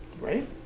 right